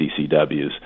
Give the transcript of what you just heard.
CCWs